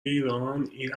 ایران، این